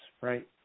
right